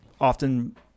often